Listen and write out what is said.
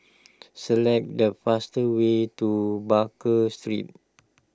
select the fastest way to Baker Street